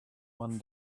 one